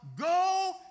go